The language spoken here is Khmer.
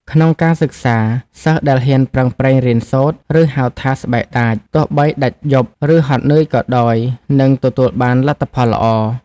ក្នុងការសិក្សា សិស្សដែលហ៊ានប្រឹងប្រែងរៀនសូត្រ ឬហៅថា ស្បែកដាច ទោះបីដាច់យប់ ឬហត់នឿយក៏ដោយ នឹងទទួលបានលទ្ធផលល្អ។